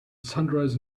sunrise